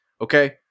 Okay